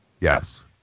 Yes